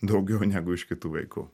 daugiau negu iš kitų vaikų